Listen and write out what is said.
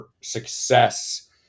success